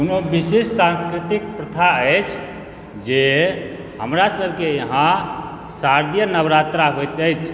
हमर विशिष्ट सांस्कृतिक प्रथा अछि जे हमरा सबके यहाँ शारदीय नवरात्रा होइत अछि